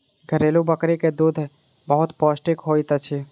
घरेलु बकरी के दूध बहुत पौष्टिक होइत अछि